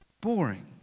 Boring